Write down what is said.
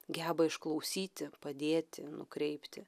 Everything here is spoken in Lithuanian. geba išklausyti padėti nukreipti